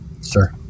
sir